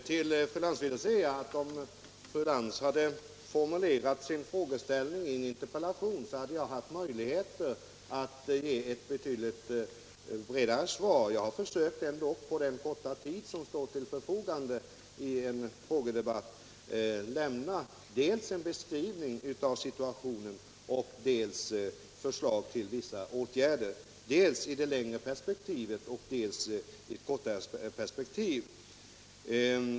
Herr talman! Om fru Lantz hade formulerat sina frågor i en interpellation skulle jag ha haft möjligheter att ge ett betydligt bredare svar. Nu har jag ändå försökt att på den korta tid som står till förfogande i en frågedebatt dels lämna en beskrivning av situationen, dels framföra förslag till vissa åtgärder, både i ett längre och i ett kortare perspektiv.